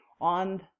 on